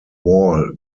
wall